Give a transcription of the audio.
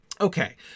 Okay